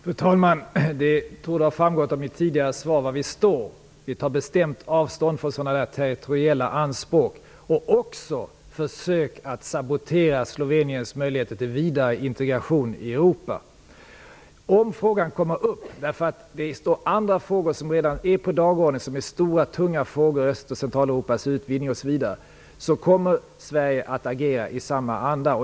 Fru talman! Det torde ha framgått av mitt tidigare svar var vi står. Vi tar bestämt avstånd från sådana territoriella anspråk och försök att sabotera Sloveniens möjligheter till vidare integration i Europa. Om den här frågan kommer upp kommer Sverige att agera i samma anda. Det finns dock redan andra tunga frågor på dagordningen, t.ex. om Öst och Centraleuropas utvidgning.